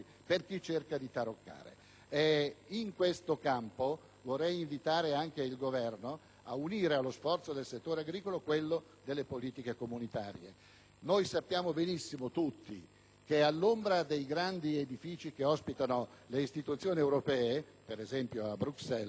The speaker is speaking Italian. In questo campo, vorrei invitare anche il Governo a unire, allo sforzo del settore agricolo, quello delle politiche comunitarie. Sappiamo tutti benissimo che all'ombra dei grandi edifici che ospitano le istituzioni europee, per esempio a Bruxelles, vi sono